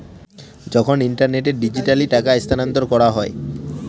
যখন ইন্টারনেটে ডিজিটালি টাকা স্থানান্তর করা হয়